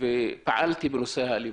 ופעלתי בנשוא האלימות.